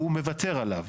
הוא מוותר עליו.